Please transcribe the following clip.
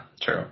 true